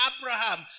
Abraham